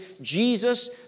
Jesus